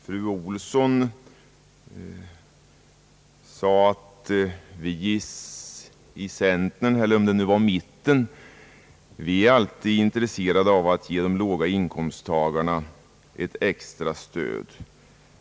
Fru Olsson sade att »vi i centern» — eller kanske det var i mitten alltid är intresserade av att ge de låga inkomsttagarna ett extra stöd.